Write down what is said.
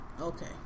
okay